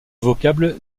vocable